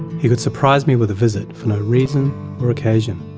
he could surprise me with a visit for no reason or occasion.